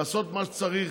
לעשות מה שצריך.